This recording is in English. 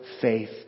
faith